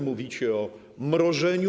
Mówicie o mrożeniu.